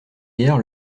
guère